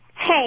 Hey